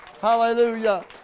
Hallelujah